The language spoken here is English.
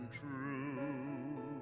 true